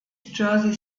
jersey